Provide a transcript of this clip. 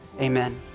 amen